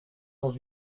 dans